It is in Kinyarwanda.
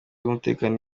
z’umutekano